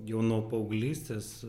jau nuo paauglystės